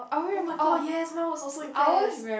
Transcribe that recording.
oh-my-god yes my was also in pairs